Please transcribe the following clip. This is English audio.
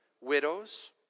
widows